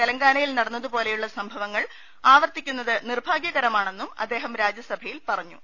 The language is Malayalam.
തെലങ്കാന യിൽ നടന്നതു പോലെയുള്ള സംഭവങ്ങൾ ആവർത്തിക്കുന്നത് നിർഭാഗ്യകരമാണെന്നും അദ്ദേഹം രാജ്യസഭയിൽ പറഞ്ഞു